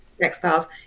textiles